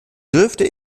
dürfte